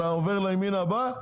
אתה עובר לימין הבא,